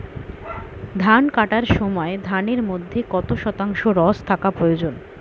ধান কাটার সময় ধানের মধ্যে কত শতাংশ রস থাকা প্রয়োজন?